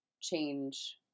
change